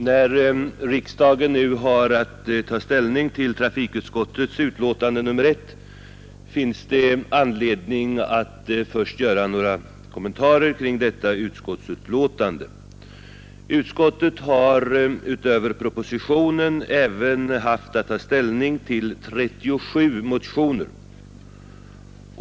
Herr talman! När riksdagen nu har att ta ställning till trafikutskottets betänkande nr 1 finns det anledning att göra några kommentarer kring detta. Utöver propositionen har utskottet även haft att ta ställning till 37 motioner.